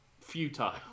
Futile